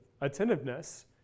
attentiveness